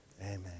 Amen